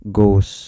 goes